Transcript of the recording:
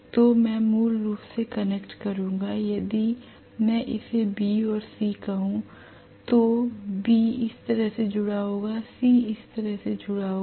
तो मैं मूल रूप से कनेक्ट करूंगा यदि मैं इसे B और C कहूं तो B इस तरह से जुड़ा होगा C इस तरह से जुड़ा होगा